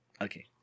Okay